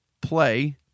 play